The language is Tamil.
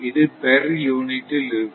இது பெர் யூனிட் இல் இருக்கும்